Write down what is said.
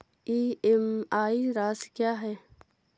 EMI राशि क्या है?